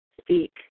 speak